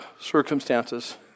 circumstances